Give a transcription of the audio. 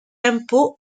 impôts